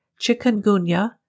chikungunya